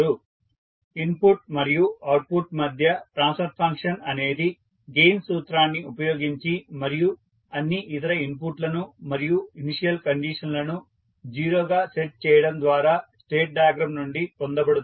కాబట్టి ఇన్పుట్ మరియు అవుట్పుట్ మధ్య ట్రాన్స్ఫర్ ఫంక్షన్ అనేది గెయిన్ సూత్రాన్ని ఉపయోగించి మరియు అన్ని ఇతర ఇన్పుట్లను మరియు ఇనిషియల్ కండిషన్లను 0 గా సెట్ చేయడం ద్వారా స్టేట్ డయాగ్రమ్ నుండి పొందబడుతుంది